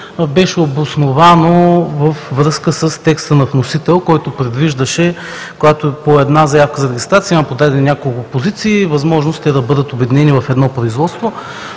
беше обосновано и е във връзка с текста на вносителя, който предвиждаше, когато по една заявка за регистрация има подадени няколко позиции, възможност те да бъдат обединени в едно производство.